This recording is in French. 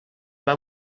pas